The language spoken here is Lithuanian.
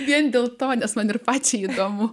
vien dėl to nes man ir pačiai įdomu